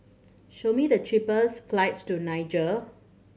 show me the cheapest flights to Niger